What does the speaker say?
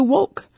Woke